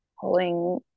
pulling